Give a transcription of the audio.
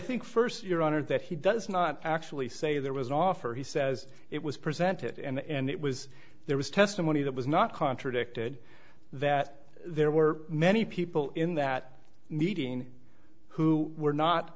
think first your honor that he does not actually say there was an offer he says it was presented and it was there was testimony that was not contradicted that there were many people in that meeting who were not